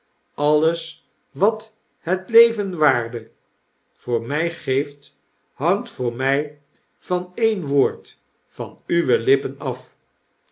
alles wat het leven waarde voor mij geeft hangt voor my van een woord van uwe lippen af